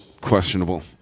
questionable